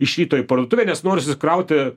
iš ryto į parduotuvę nes nori susikrauti